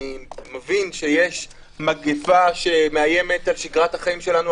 אני מבין שיש מגפה שמאיימת על שגרת החיים שלנו,